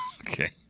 Okay